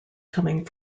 coming